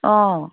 অঁ